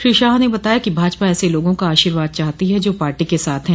श्री शाह ने बताया कि भाजपा ऐसे लोगों का आशीवाद चाहती है जो पार्टी के साथ हैं